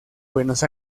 buenos